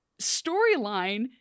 storyline